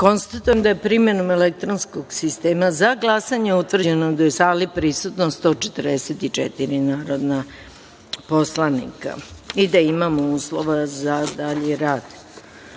jedinice. Konstatujem da je, primenom elektronskog sistema za glasanje, utvrđeno da su u sali prisutna 144 narodna poslanika i da imamo uslova za dalji rad. Niko